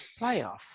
playoff